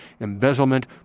embezzlement